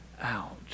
out